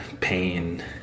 pain